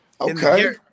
Okay